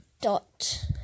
dot